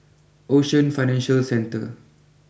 Ocean Financial Centre